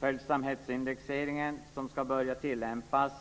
Följsamhetsindexeringen, som ska börja tillämpas